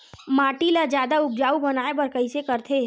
माटी ला जादा उपजाऊ बनाय बर कइसे करथे?